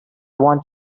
want